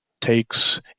takes